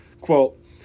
quote